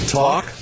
talk